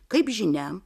kaip žinia